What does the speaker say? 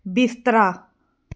ਬਿਸਤਰਾ